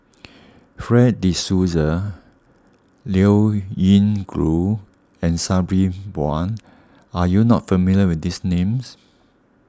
Fred De Souza Liao Yingru and Sabri Buang are you not familiar with these names